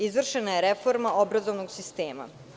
Izvršena je reforma obrazovnog sistema.